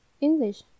English